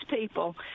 people